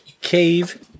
cave